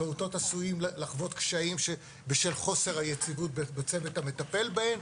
הפעוטות עשויים לחוות קשיים בשל חוסר היציבות בצוות המטפל בהם,